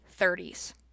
30s